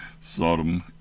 Sodom